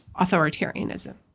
authoritarianism